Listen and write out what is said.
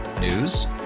News